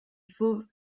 fauves